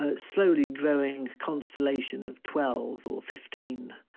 ah slowly growing constellation of twelve or fifteen